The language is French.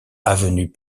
avenue